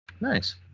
nice